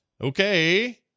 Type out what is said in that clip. Okay